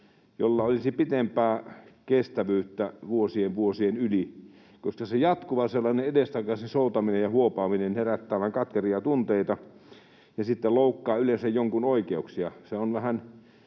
jolla olisi pitempää kestävyyttä vuosien, vuosien yli, koska se jatkuva sellainen edestakaisin soutaminen ja huopaaminen herättää vain katkeria tunteita ja sitten loukkaa yleensä jonkun oikeuksia.